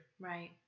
Right